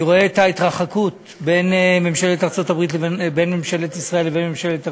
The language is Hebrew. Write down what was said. אני רואה את ההתרחקות בין ממשלת ישראל לבין ממשלת ארצות-הברית.